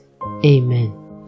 amen